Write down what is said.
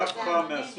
קו חם מהסוג